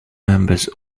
members